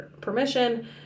permission